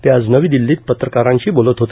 ते आज नवी दिल्लीत पत्रकारांशी बोलत होते